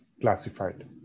classified